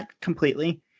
completely